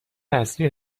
اصلی